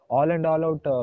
All-and-all-out